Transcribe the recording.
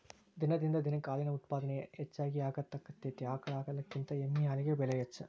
ದಿನದಿಂದ ದಿನಕ್ಕ ಹಾಲಿನ ಉತ್ಪಾದನೆ ಹೆಚಗಿ ಆಗಾಕತ್ತತಿ ಆಕಳ ಹಾಲಿನಕಿಂತ ಎಮ್ಮಿ ಹಾಲಿಗೆ ಬೆಲೆ ಹೆಚ್ಚ